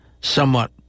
somewhat